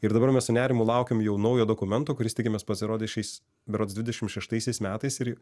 ir dabar mes su nerimu laukiam jau naujo dokumento kuris tikimės pasirodys šiais berods dvidešimt šeštaisiais metais ir